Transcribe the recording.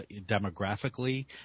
demographically